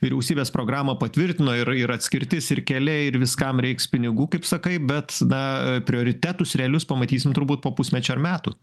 vyriausybės programą patvirtino ir ir atskirtis ir keliai ir viskam reiks pinigų sakai bet na prioritetus realius pamatysim turbūt po pusmečio ar metų